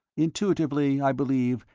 intuitively, i believe,